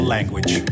Language